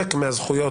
חלק מהזכויות,